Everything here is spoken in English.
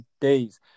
days